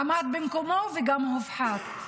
עמד במקומו וגם הופחת.